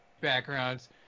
backgrounds